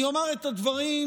אני אומר את הדברים,